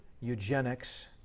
eugenics